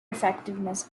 effectiveness